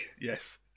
Yes